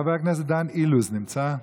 חבר הכנסת דן אילוז, נמצא?